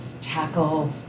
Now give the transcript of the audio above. tackle